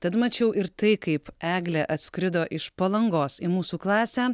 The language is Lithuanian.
tad mačiau ir tai kaip eglė atskrido iš palangos į mūsų klasę